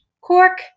Cork